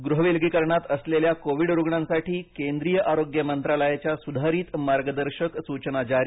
गृहविलगीकरणात असलेल्या कोविड रुग्णांसाठी केंद्रीय आरोग्य मंत्रालयाच्या सुधारित मार्गदर्शक सुचना जारी